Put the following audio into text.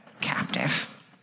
captive